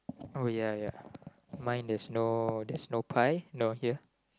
oh ya ya mine that's no that's no pie no here